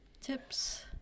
tips